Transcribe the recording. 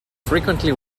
frequently